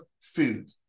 food